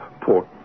port